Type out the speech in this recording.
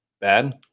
bad